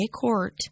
court